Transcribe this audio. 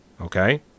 okay